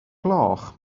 gloch